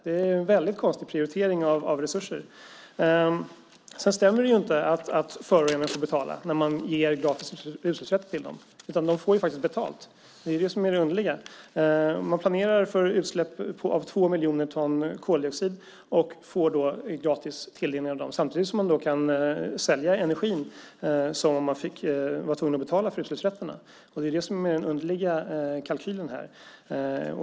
Det är en konstig prioritering av resurser. Det stämmer inte att förorenarna får betala när man ger gratis utsläppsrätter till dem. De får betalt. Det är det som är det underliga. Man planerar för utsläpp av två miljoner ton koldioxid och får då gratis tilldelning av dem. Man kan sälja energin samtidigt som man är tvungen att betala för utsläppsrätterna. Det är den underliga kalkylen.